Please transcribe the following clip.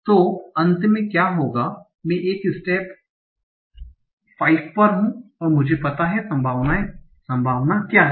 तो अंत में क्या होगा मैं एक स्टेप 5 पर हूं और मुझे पता है संभावना क्या है